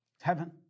Heaven